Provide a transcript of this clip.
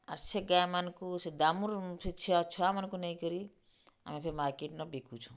ଆର୍ ସେ ଗାଏମାନ୍ଙ୍କୁ ସେ ଦାମୁର୍ ସେ ଛୁଆ ଛୁଆମାନଙ୍କୁ ନେଇକରି ଆମେ ଫେର୍ ମାର୍କେଟ୍ନ ବିକୁଛୁଁ